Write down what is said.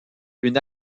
une